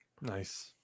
Nice